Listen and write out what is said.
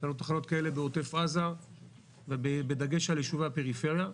יש לנו תחנות כאלה בעוטף עזה ובדגש על יישובי הפריפריה.